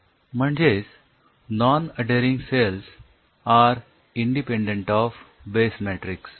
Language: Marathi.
म्हणजेच non adhering cells are independent of base matrix